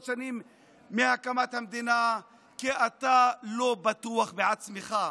שנים מהקמת המדינה כי אתה לא בטוח בעצמך,